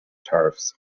tariffs